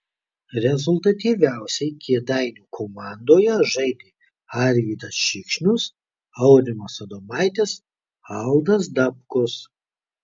rezultatyviausiai kėdainių komandoje žaidė arvydas šikšnius aurimas adomaitis aldas dabkus